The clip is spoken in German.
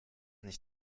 nicht